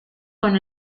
con